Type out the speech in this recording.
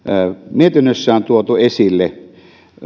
mietinnössä on tuotu esille